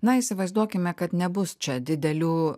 na įsivaizduokime kad nebus čia didelių